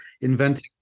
inventing